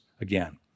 again